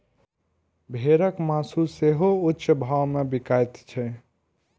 भेड़क मासु सेहो ऊंच भाव मे बिकाइत छै